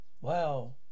Wow